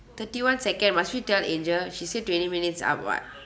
thirty one second must we tell angel she said twenty minutes out [what]